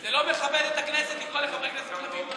זה לא מכבד את הכנסת לקרוא לחברי כנסת ככה מעל הדוכן.